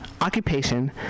occupation